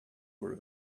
were